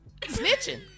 Snitching